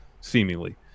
Seemingly